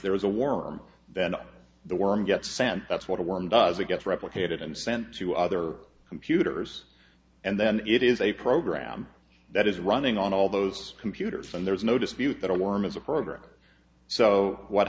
there was a warm then the worm gets sent that's what a worm does it gets replicated and sent to other computers and then it is a program that is running on all those computers and there's no dispute that war